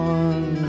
one